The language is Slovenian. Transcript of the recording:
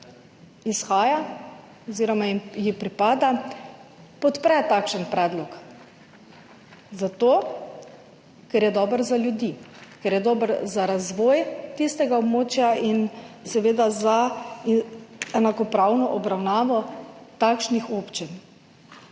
izhaja oziroma ji pripada, podpre takšen predlog zato, ker je dober za ljudi, ker je dober za razvoj tistega območja in za enakopravno obravnavo takšnih občin.